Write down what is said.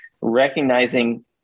recognizing